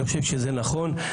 אני חושב שזה נכון.